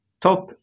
top